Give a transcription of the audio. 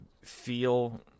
feel